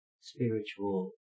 spiritual